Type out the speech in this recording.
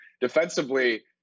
Defensively